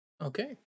Okay